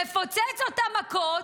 מפוצץ אותה במכות,